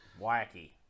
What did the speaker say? Wacky